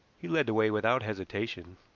he led the way without hesitation.